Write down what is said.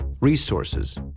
resources